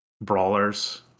brawlers